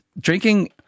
Drinking